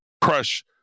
crush